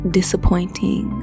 disappointing